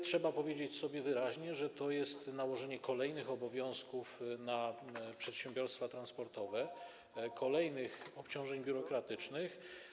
Trzeba powiedzieć sobie wyraźnie, że to jest nałożenie kolejnych obowiązków na przedsiębiorstwa transportowe, kolejnych obciążeń biurokratycznych.